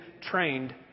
trained